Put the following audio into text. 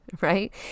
Right